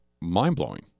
mind-blowing